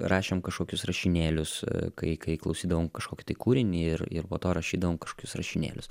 rašėm kašokius rašinėlius kai kai klausydavom kašokį tai kūrinį ir ir po to rašydavom kašokius rašinėlius